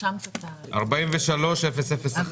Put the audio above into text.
פנייה 43-001